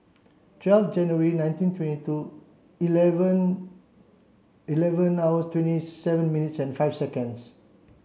twelve January nineteen twenty two eleven eleven hours twenty seven minutes and five seconds